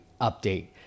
update